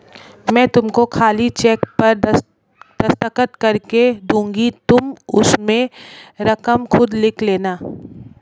मैं तुमको खाली चेक पर दस्तखत करके दूँगी तुम उसमें रकम खुद लिख लेना